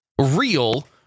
real